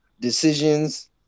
decisions